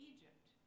Egypt